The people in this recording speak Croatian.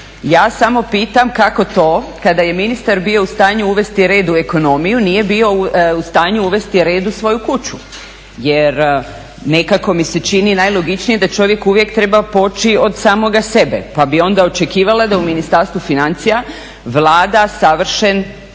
ja samo pitam kako to kada je ministar bio u stanju uvesti red u ekonomiju, nije bio u stanju uvesti red u svoju kuću jer nekako mi se čini najlogičnije da čovjek uvijek treba poći od samoga sebe, pa bi onda očekivala da u Ministarstvu financija vlada savršen